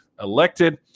elected